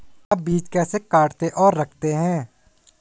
आप बीज कैसे काटते और रखते हैं?